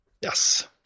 Yes